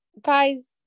guys